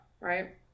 right